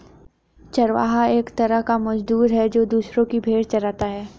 चरवाहा एक तरह का मजदूर है, जो दूसरो की भेंड़ चराता है